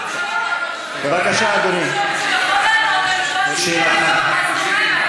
בבקשה, אדוני, שאלתך.